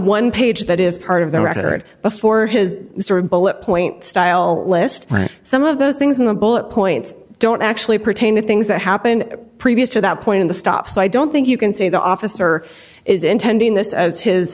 one page that is part of the record before his sort of bullet point style list some of those things in a bullet points don't actually pertain to things that happened previous to that point in the stop so i don't think you can say the officer is intending this as